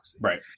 Right